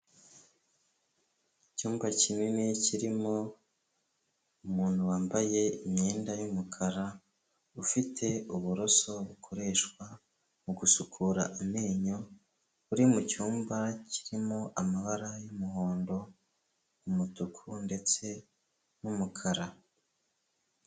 Icyumba kinini kirimo umuntu wambaye imyenda y'umukara, ufite uburoso bukoreshwa mu gusukura amenyo, uri mu cyumba kirimo amabara y'umuhondo, umutuku ndetse n'umukara.